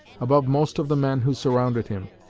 above most of the men who surrounded him,